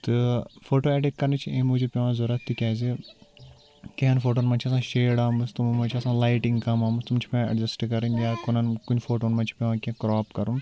تہٕ photo edit کَرنٕچ چھِ اَمہِ موٗجوٗب پٮ۪وان ضوٚرتھ تِکیٛازِ کیٚںٛہہ ہَن فوٹوَن منٛز چھِ آسان شیڈ آمٕژ تِمَن منٛز چھِ آسان لایٹِنٛگ کَم آمٕژ تِم چھِ پٮ۪وان اٮ۪ڈجَسٹ کَرٕنۍ یا کُنَن کُنہِ فوٹوَن منٛز چھِ پٮ۪وان کیٚنٛہہ کرٛاپ کَرُن